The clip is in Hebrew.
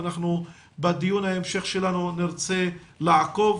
ואנחנו בדיון ההמשך נרצה לעקוב